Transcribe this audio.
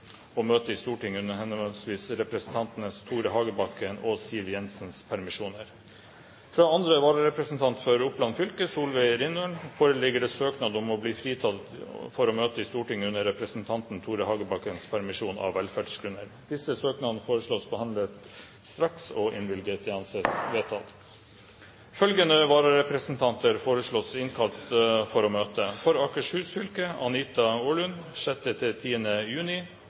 møte i Stortinget under henholdsvis representantene Tore Hagebakken og Siv Jensens permisjoner. Fra andre vararepresentant for Oppland fylke, Solveig Rindhølen, foreligger søknad om å bli fritatt for å møte i Stortinget under representanten Tore Hagebakkens permisjon, av velferdsgrunner. Etter forslag fra presidenten ble enstemmig besluttet: Søknaden behandles straks og innvilges. Følgende vararepresentanter innkalles for å møte i permisjonstiden: For Akershus fylke: Anita Orlund 6.–10. juni For Møre og Romsdal fylke: Steinar Reiten 6.–9. juni